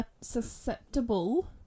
susceptible